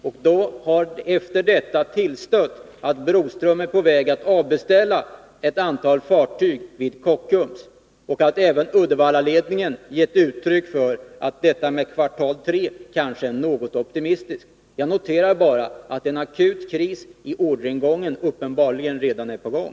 Och då har efter detta tillstött att Broströms är på väg att avbeställa ett antal fartyg vid Kockums och att även Uddevallaledningen givit uttryck för att detta med tredje kvartalet kanske är något optimistiskt. Jag noterar bara att en akut kris i orderingången uppenbarligen redan är på väg.